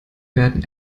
werden